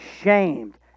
shamed